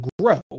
grow